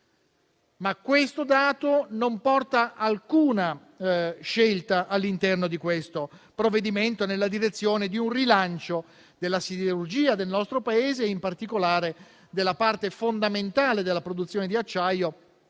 Ma questo dato non porta ad alcuna scelta all'interno di questo provvedimento nella direzione di un rilancio della siderurgia del nostro Paese e, in particolare, della parte fondamentale della produzione di acciaio